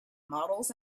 models